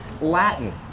Latin